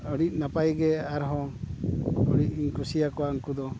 ᱟᱹᱰᱤ ᱱᱟᱯᱟᱭ ᱜᱮ ᱟᱨᱦᱚᱸ ᱟᱹᱰᱤᱧ ᱠᱩᱥᱤ ᱟᱠᱚᱣᱟ ᱩᱱᱠᱩ ᱫᱚ